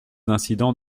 incidents